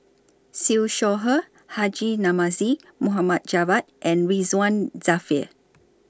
Siew Shaw Her Haji Namazie Mohd Javad and Ridzwan Dzafir